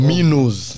Minos